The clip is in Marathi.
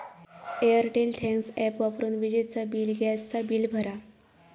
एअरटेल थँक्स ॲपवरून विजेचा बिल, गॅस चा बिल भरा